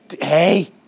hey